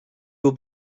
will